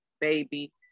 baby